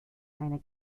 einer